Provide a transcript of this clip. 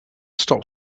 stop